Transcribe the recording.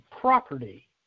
property